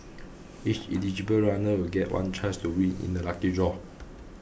each eligible runner will get one chance to win in a lucky draw